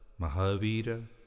Mahavira